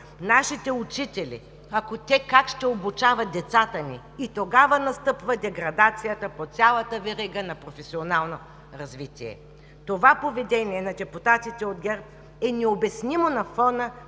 нашите учители, те как ще обучават децата ни? Тогава настъпва деградацията по цялата верига на професионално развитие. Това поведение на депутатите от ГЕРБ е необяснимо на фона